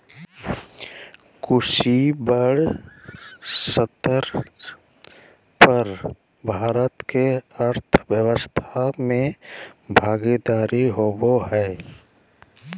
कृषि बड़ स्तर पर भारत के अर्थव्यवस्था में भागीदारी होबो हइ